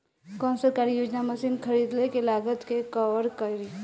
कौन सरकारी योजना मशीन खरीदले के लागत के कवर करीं?